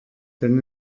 denn